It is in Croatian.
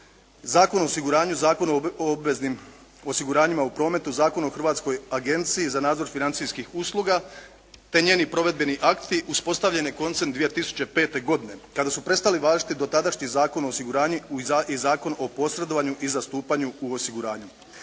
Zakon o osiguranju, Zakon o obveznim osiguranjima u prometu, Zakon o Hrvatskoj agenciji za nadzor financijskih usluga te njeni provedbeni akti, uspostavljen je koncem 2005. godine kada su prestali važiti dotadašnji Zakon o osiguranju i Zakon o posredovanju i zastupanju u osiguranju.